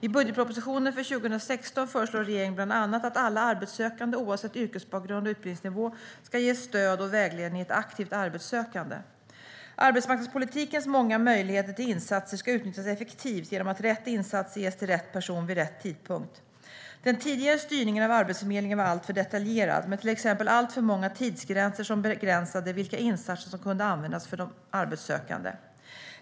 I budgetpropositionen för 2016 föreslår regeringen bland annat att alla arbetssökande, oavsett yrkesbakgrund och utbildningsnivå, ska ges stöd och vägledning i ett aktivt arbetssökande. Arbetsmarknadspolitikens många möjligheter till insatser ska utnyttjas effektivt genom att rätt insatser ges till rätt person vid rätt tidpunkt. Den tidigare styrningen av Arbetsförmedlingen var alltför detaljerad, med till exempel alltför många tidsgränser som begränsade vilka insatser som kunde användas för de arbetssökande.